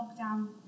lockdown